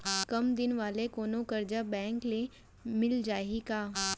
कम दिन वाले कोनो करजा बैंक ले मिलिस जाही का?